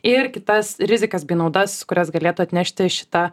ir kitas rizikas bei naudas kurias galėtų atnešti šita